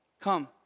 Come